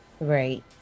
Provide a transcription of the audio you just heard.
Right